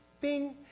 bing